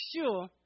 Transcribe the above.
sure